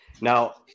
Now